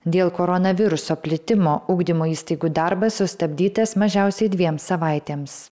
dėl koronaviruso plitimo ugdymo įstaigų darbas sustabdytas mažiausiai dviem savaitėms